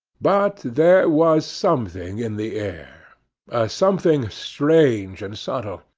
but there was something in the air, a something strange and subtle,